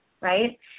right